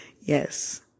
Yes